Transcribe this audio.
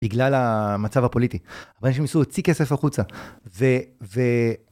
בגלל המצב הפוליטי, ואנשים נחסו להוציא כסף החוצה.